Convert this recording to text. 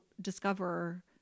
discover